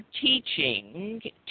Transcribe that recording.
teaching